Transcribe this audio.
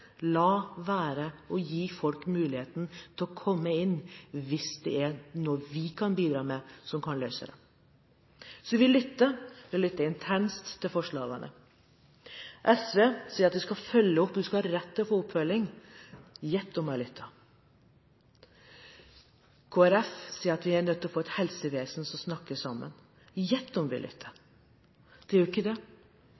la være å gi folk muligheten til å komme inn hvis det er noe vi kan bidra med som kan løse det. Vi lytter intenst til forslagene. SV sier at vi skal følge opp, at du skal ha rett til å få oppfølging – gjett om jeg lytter. Kristelig Folkeparti sier at vi er nødt til å få et helsevesen som snakker sammen – gjett om vi lytter.